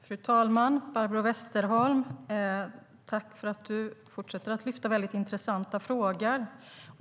Fru talman! Tack, Barbro Westerholm, för att du fortsätter att lyfta fram väldigt intressanta frågor.